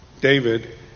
David